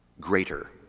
greater